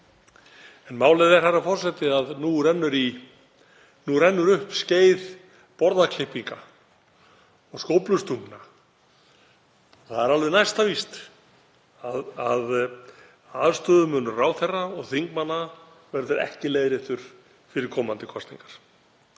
En málið er að nú rennur upp skeið borðaklippinga og skóflustungna. Það er alveg næsta víst að aðstöðumunur ráðherra og þingmanna verður ekki leiðréttur fyrir komandi kosningar.